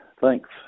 thanks